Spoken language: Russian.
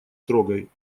трогай